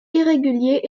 irrégulier